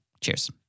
Cheers